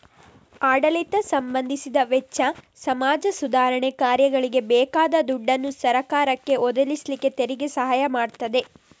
ಆಡಳಿತಕ್ಕೆ ಸಂಬಂಧಿಸಿದ ವೆಚ್ಚ, ಸಮಾಜ ಸುಧಾರಣೆ ಕಾರ್ಯಗಳಿಗೆ ಬೇಕಾದ ದುಡ್ಡನ್ನ ಸರಕಾರಕ್ಕೆ ಒದಗಿಸ್ಲಿಕ್ಕೆ ತೆರಿಗೆ ಸಹಾಯ ಮಾಡ್ತದೆ